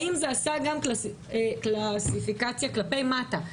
האם זה עשה גם קלסיפיקציה כלפי מטה?